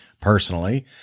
personally